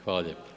Hvala lijepo.